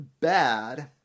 bad